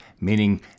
meaning